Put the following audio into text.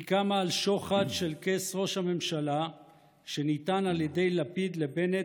היא קמה על שוחד של כס ראש הממשלה שניתן על ידי לפיד לבנט,